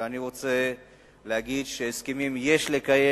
ואני רוצה להגיד שהסכמים יש לקיים,